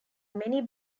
many